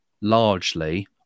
largely